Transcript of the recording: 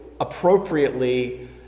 appropriately